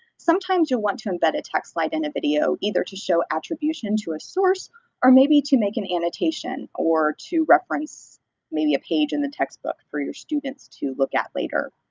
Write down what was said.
sometimes you'll want to embed a text slide in a video either to show attribution to a source or maybe to make an annotation or to reference maybe a page in the textbook for your students to look at later.